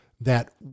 that-